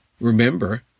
Remember